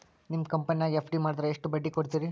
ನಿಮ್ಮ ಕಂಪನ್ಯಾಗ ಎಫ್.ಡಿ ಮಾಡಿದ್ರ ಎಷ್ಟು ಬಡ್ಡಿ ಕೊಡ್ತೇರಿ?